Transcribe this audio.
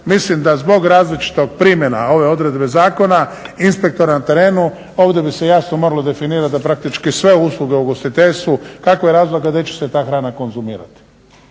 Mislim da zbog različitih primjena ove odredbe zakona inspektora na terenu ovdje bi se jasno moralo definirati da praktički sve usluge u ugostiteljstvu kakva je razlika di će se ta hrana konzumirati